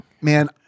Man